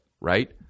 right